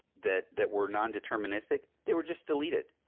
that that were non-deterministic, they were just deleted.